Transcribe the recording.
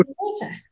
water